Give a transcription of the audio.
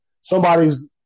somebody's